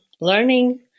learning